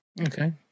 okay